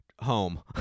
Home